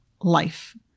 life